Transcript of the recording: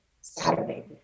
Saturday